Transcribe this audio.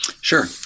sure